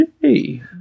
yay